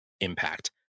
impact